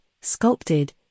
sculpted